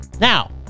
Now